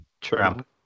Trump